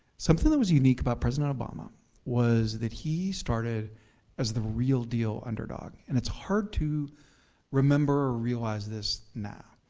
something that was unique about president obama was that he started as the real-deal underdog. and it's hard to remember or realize this now,